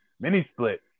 mini-split